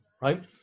right